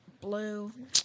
blue